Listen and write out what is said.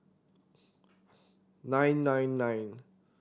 nine nine nine